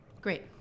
Great